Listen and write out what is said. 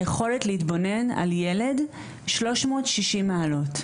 היכולת להתבונן על ילד 360 מעלות.